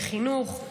לחינוך,